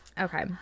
Okay